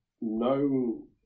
no